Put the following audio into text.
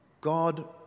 God